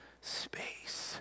space